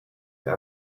have